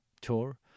tour